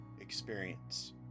experience